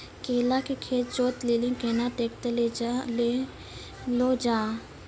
केला के खेत जोत लिली केना ट्रैक्टर ले लो जा?